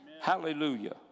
Hallelujah